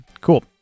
Cool